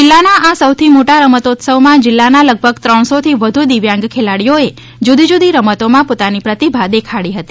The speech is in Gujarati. જિલ્લાના આ સૌથી મોટા રમતોત્સવમાં જિલ્લાના લગભગ ત્રણ સો થી વધુ દિવ્યાંગ ખેલાડીઓએ જુદી જુદી રમતોમાં પોતાની પ્રતિભા દેખાડી હતી